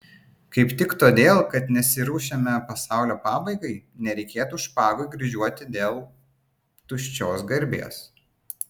kaip tik todėl kad nesiruošiame pasaulio pabaigai nereikėtų špagų kryžiuoti dėl tuščios garbės